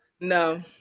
No